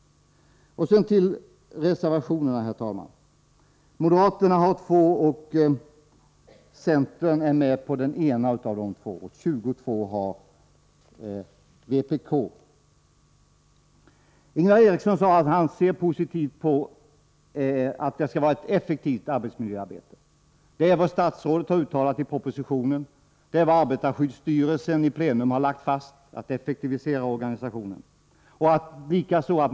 Här övergår jag till reservationerna. Moderaterna har två reservationer, och centern är med på den ena. Vpk har 22 reservationer. Ingvar Eriksson sade att han ser positivt på att arbetsmiljöarbetet blir effektivt. Det är vad statsrådet har uttalat i propositionen, det är vad arbetarskyddsstyrelsen i plenum har lagt fast — organisationen skall effektiviseras.